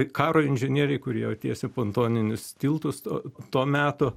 karo inžinieriai kurie jau tiesė pontoninius tiltus to to meto